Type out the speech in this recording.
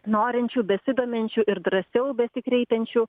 norinčių besidominčių ir drąsiau besikreipiančių